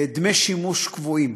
דמי שימוש קבועים.